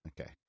Okay